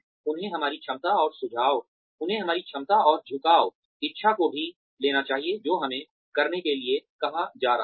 उन्हें हमारी क्षमता और झुकाव इच्छा को भी लेना चाहिए जो हमें करने के लिए कहा जा रहा है